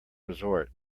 resort